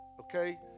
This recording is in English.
okay